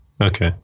Okay